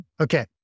Okay